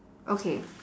okay